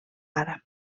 àrab